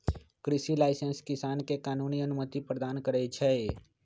कृषि लाइसेंस किसान के कानूनी अनुमति प्रदान करै छै